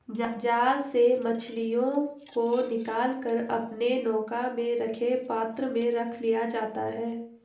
जाल से मछलियों को निकाल कर अपने नौका में रखे पात्र में रख लिया जाता है